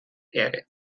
erde